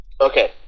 Okay